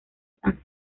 san